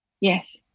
Yes